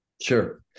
sure